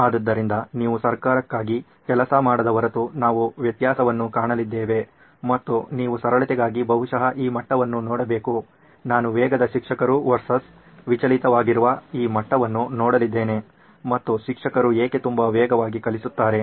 ಆದ್ದರಿಂದ ನೀವು ಸರ್ಕಾರಕ್ಕಾಗಿ ಕೆಲಸ ಮಾಡದ ಹೊರತು ನಾವು ವ್ಯತ್ಯಾಸವನ್ನು ಕಾಣಲಿದ್ದೇವೆ ಮತ್ತು ನೀವು ಸರಳತೆಗಾಗಿ ಬಹುಶಃ ಈ ಮಟ್ಟವನ್ನು ನೋಡಬೇಕು ನಾನು ವೇಗದ ಶಿಕ್ಷಕರ vs ವಿಚಲಿತರಾಗಿರುವ ಈ ಮಟ್ಟವನ್ನು ನೋಡಲಿದ್ದೇನೆ ಮತ್ತು ಶಿಕ್ಷಕರು ಏಕೆ ತುಂಬಾ ವೇಗವಾಗಿ ಕಲಿಸುತ್ತಾರೆ